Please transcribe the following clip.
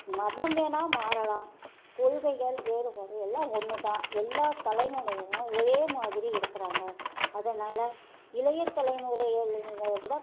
மதம் வேணா மாறலாம் கொள்கைகள் வேறுபாடு எல்லாம் ஒன்றுதான் எல்லா தலைமுறையும் ஒரே மாதிரி இருக்குறாங்க அதனால் இளைய தலைமுறைகளை விட